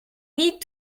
need